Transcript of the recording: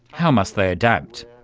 how must they adapt?